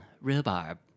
rhubarb